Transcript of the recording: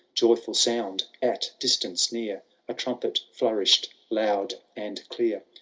joyful sound! at distance near a trumpet flourished loud and clear.